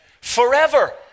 forever